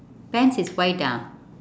pants is white ah